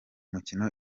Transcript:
umukino